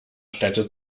städte